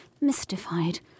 mystified